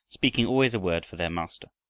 speaking always a word for their master.